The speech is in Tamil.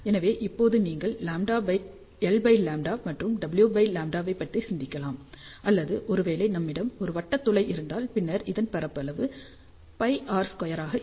எனவே இப்போது நீங்கள் L λ மற்றும் W λ பற்றி சிந்திக்கலாம் அல்லது ஒருவேளை நம்மிடம் ஒரு வட்ட துளை இருந்தால் பின்னர் இதன் பரப்பளவு πr² ஆக இருக்கும்